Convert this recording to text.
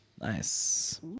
Nice